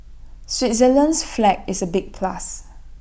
Switzerland's flag is A big plus